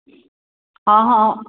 ਹਾਂ ਹਾਂ